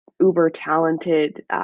uber-talented